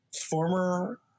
former